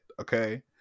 Okay